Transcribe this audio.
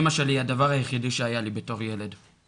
אימא שלי היא הדבר היחידי שהיה לי בתור ילד,